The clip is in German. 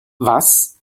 was